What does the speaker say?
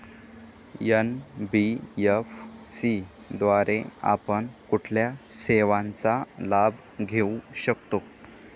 NBFC द्वारे आपण कुठल्या सेवांचा लाभ घेऊ शकतो?